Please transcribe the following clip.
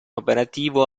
operativo